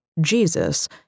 Jesus